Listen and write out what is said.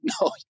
no